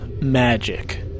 Magic